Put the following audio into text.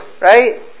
Right